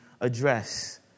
address